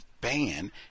ban